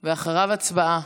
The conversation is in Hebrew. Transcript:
אחריו, הצבעה.